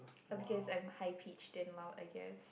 but because I am high pitched and loud I guess